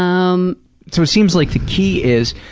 um so it seems like the key is,